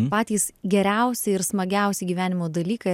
patys geriausi ir smagiausi gyvenimo dalykai